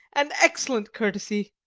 an excellent courtesy!